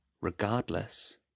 Regardless